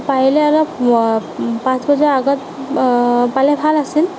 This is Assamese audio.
পাৰিলে অলপ পাঁচ বজাৰ আগত পালে ভাল আছিল